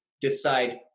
decide